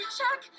check